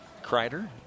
Kreider